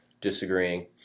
disagreeing